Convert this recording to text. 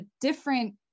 different